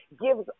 gives